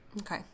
Okay